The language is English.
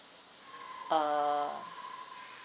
err